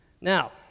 Now